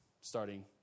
starting